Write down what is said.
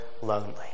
lonely